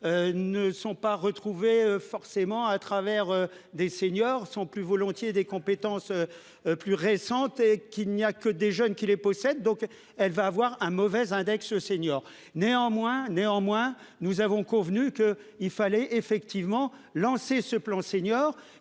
Ne sont pas retrouvé forcément à travers des seniors sont plus volontiers des compétences. Plus récente et qu'il n'y a que des jeunes qui les possèdent donc elle va avoir un mauvais index seniors néanmoins, néanmoins, nous avons convenu que il fallait effectivement lancé ce plan senior